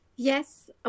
Yes